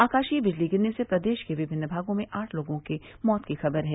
आकाशीय विजली गिरने से प्रदेश के विभिन्न भागों में आठ लोगों के मौत की खबर है